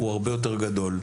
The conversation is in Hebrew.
והוא הרבה יותר גדול.